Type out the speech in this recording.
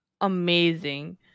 amazing